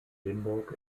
limburg